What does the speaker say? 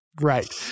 Right